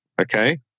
Okay